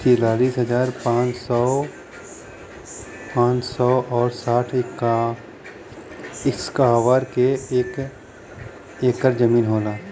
तिरालिस हजार पांच सौ और साठ इस्क्वायर के एक ऐकर जमीन होला